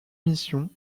missions